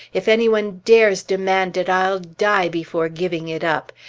if any one dares demand it, i'll die before giving it up!